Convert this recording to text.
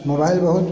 mobile बहुत